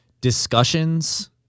discussions